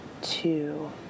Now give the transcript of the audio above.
two